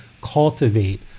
cultivate